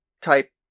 type